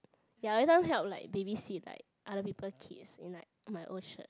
ya every time help like babysit like other people kids in my in my old church